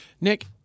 Nick